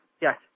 Yes